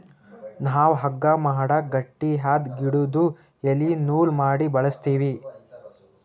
ನಾವ್ ಹಗ್ಗಾ ಮಾಡಕ್ ಗಟ್ಟಿಯಾದ್ ಗಿಡುದು ಎಲಿ ನೂಲ್ ಮಾಡಿ ಬಳಸ್ತೀವಿ